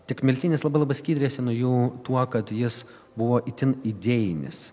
tik miltinis labai labai skyrėsi nuo jų tuo kad jis buvo itin idėjinis